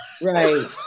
right